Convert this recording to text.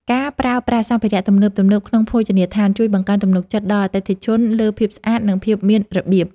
ការប្រើប្រាស់សម្ភារៈទំនើបៗក្នុងភោជនីយដ្ឋានជួយបង្កើនទំនុកចិត្តដល់អតិថិជនលើភាពស្អាត និងភាពមានរបៀប។